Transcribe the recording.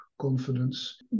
confidence